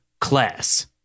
class